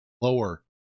lower